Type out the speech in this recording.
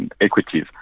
equities